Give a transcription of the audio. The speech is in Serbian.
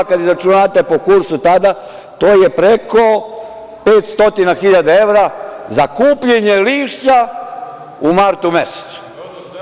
Kada izračunate po kursu tada, to je preko 500.000 evra za kupljenje lišća u martu mesecu.